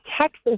Texas